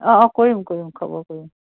অঁ অঁ কৰিম কৰিম খবৰ কৰিম